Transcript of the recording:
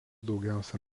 daugiausia